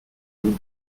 vous